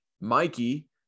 Mikey